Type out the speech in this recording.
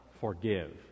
forgive